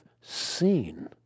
seen